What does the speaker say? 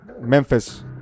Memphis